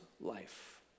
life